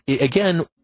again